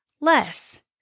less